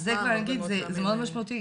זה מאוד משמעותי.